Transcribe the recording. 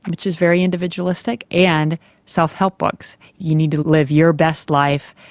which is very individualistic, and self-help books, you need to live your best life,